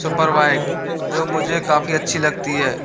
super bike जो मुझे काफ़ी अच्छी लगती है